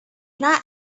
not